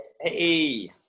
Hey